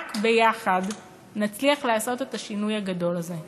רק ביחד, נצליח לעשות את השינוי הגדול הזה.